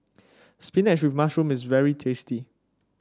spinach with mushroom is very tasty